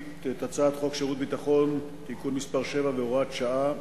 את הצעת חוק שירות ביטחון (תיקון מס' 7 והוראת שעה)